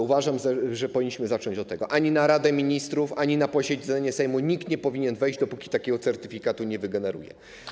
Uważam, że powinniśmy zacząć od tego - ani na Radę Ministrów, ani na posiedzenie Sejmu nikt nie powinien wejść, dopóki takiego certyfikatu nie wygeneruje.